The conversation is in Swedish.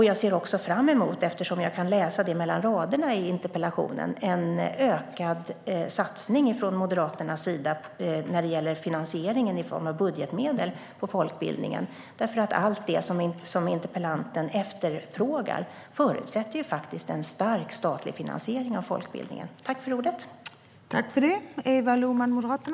Jag ser också fram emot det jag kan läsa mellan raderna i interpellationen, nämligen en ökad satsning på folkbildningen från Moderaternas sida när det gäller finansieringen i form av budgetmedel. Allt det som interpellanten efterfrågar förutsätter nämligen en stark statlig finansiering av folkbildningen.